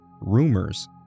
rumors